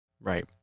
Right